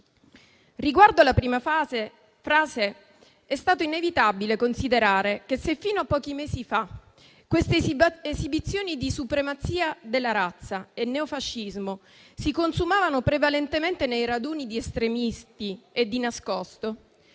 Riguardo alla prima frase, è stato inevitabile considerare che, se fino a pochi mesi fa queste esibizioni di supremazia della razza e neofascismo si consumavano prevalentemente nei raduni di estremisti e di nascosto,